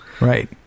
Right